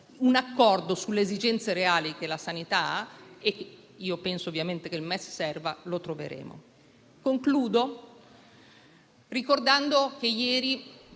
un accordo sulle esigenze reali che ha la sanità - e io penso ovviamente che il MES serva - lo troveremo. Concludo ricordando che ieri